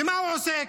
ומה הוא עושה,